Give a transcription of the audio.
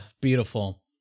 Beautiful